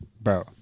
Bro